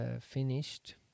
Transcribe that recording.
finished